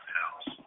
house